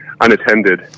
unattended